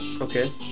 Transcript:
Okay